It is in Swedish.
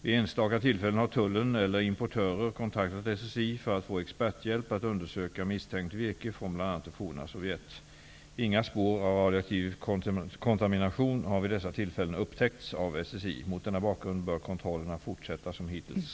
Vid enstaka tillfällen har tullen eller importörer kontaktat SSI för att få experthjälp att undersöka misstänkt virke från bl.a. det forna Sovjet. Inga spår av radioaktiv kontamination har vid dessa tillfällen upptäckts av SSI. Mot denna bakgrund bör kontrollerna fortsätta som hittills.